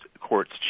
courts